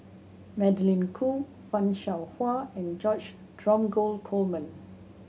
Magdalene Khoo Fan Shao Hua and George Dromgold Coleman